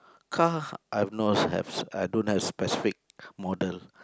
car I knows have I don't have specific model